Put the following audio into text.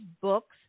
books